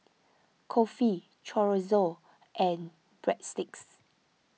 Kulfi Chorizo and Breadsticks